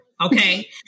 Okay